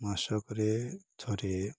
ମାସକରେ ଥରେ